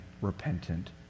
repentant